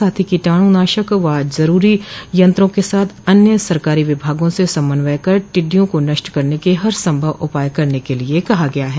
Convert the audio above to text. साथ ही कीटनाशक व जरूरी यंत्रों के साथ अन्य सरकारी विभागों से समन्वय कर टिडि़डयों को नष्ट करने के हर संभव उपाय करने के लिए कहा गया है